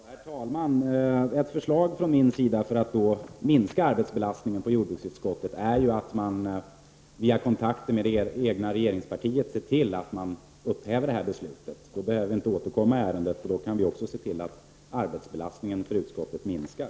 Herr talman! Ett förslag från min sida för att minska arbetsbelastningen på jordbruksutskottet är att man via kontakter med det egna regeringspartiet ser till att man upphäver detta beslut. Då behöver vi inte återkomma i ärendet, och då kan vi också se till att arbetsbelastningen för utskottet minskar.